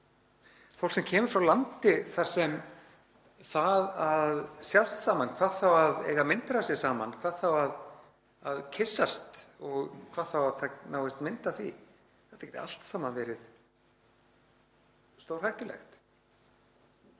Fólk kemur kannski frá landi þar sem það að sjást saman, hvað þá að eiga mynd af sér saman, hvað þá að kyssast og hvað þá að það náist mynd af því getur allt saman verið stórhættulegt.